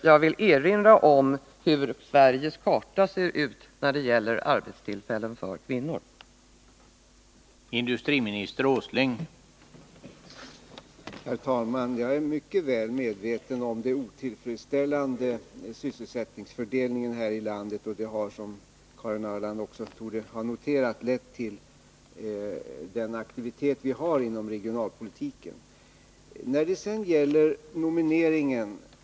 Jag vill erinra om hur den geografiska fördelningen av arbetstillfällen för kvinnorna ser ut i Sverige i dag.